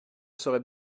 serait